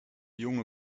junge